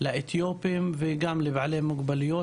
לאתיופים וגם לבעלי מוגבלויות,